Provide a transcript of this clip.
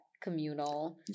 communal